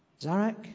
Zarek